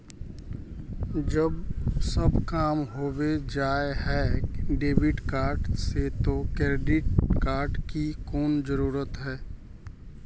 जब सब काम होबे जाय है डेबिट कार्ड से तो क्रेडिट कार्ड की कोन जरूरत है?